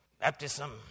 Baptism